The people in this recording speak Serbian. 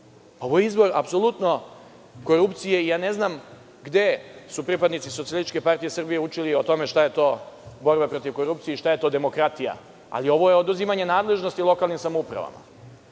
Ovo je apsolutnizvor o korupcije. Ja ne znam gde su pripadnici SPS učili o tome šta je to borba protiv korupcije i šta je to demokratija, ali ovo je oduzimanje nadležnosti lokalnim samoupravama.